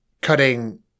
cutting